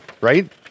Right